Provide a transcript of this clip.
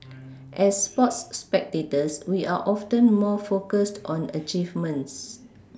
as sports spectators we are often more focused on achievements